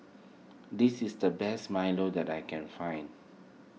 this is the best Milo that I can find